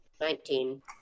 Nineteen